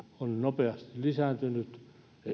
on nopeasti lisääntynyt ja